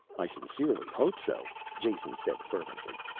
i sincerely hope so, jason said fervently.